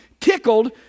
tickled